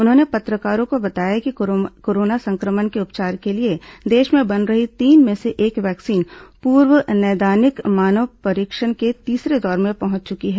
उन्होंने पत्रकारों को बताया कि कोरोना संक्रमण के उपचार के लिए देश में बन रही तीन में से एक वैक्सीन पूर्व नैदानिक मानव परीक्षण के तीसरे दौर में पहुंच चुकी है